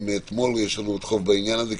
מאתמול יש לנו עוד חוב בעניין הזה,